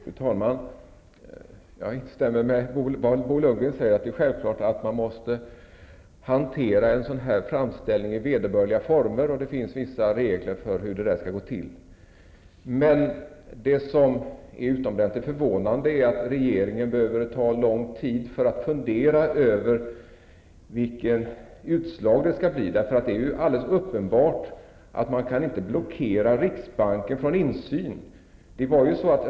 Fru talman! Jag instämmer med Bo Lundgren om att det är självklart att man måste hantera en sådan här framställning i vederbörliga former, och det finns vissa regler för hur detta skall gå till. Men det är utomordentligt förvånande att regeringen behöver ta så lång tid på sig för att fundera över vilket utslag det skall bli. Det är ju alldeles uppenbart att man inte kan blockera riksbanken från insyn.